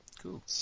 Cool